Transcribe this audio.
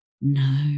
No